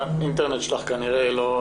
--- הקישור שלך לזום התנתק.